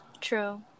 True